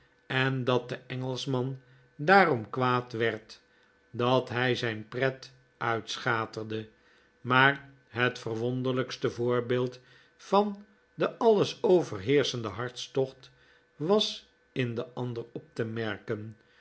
en dat de engelschman daarom kwaad werd dat hij zijn pret uit'schaterde maar het verwonderlijkste voorbeeld van den alles overheerschenden hartstocht was in den ander op te merken